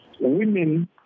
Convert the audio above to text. women